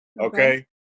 Okay